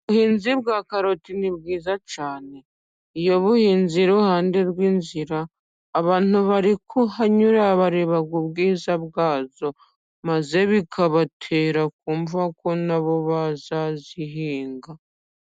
Ubuhinzi bwa karoti ni bwiza cyane. Iyo buhinze iruhande rw' inzira, abantu bari kuhanyura bareba ubwiza bwazo, maze bikabatera kumva ko na bo bazazihinga.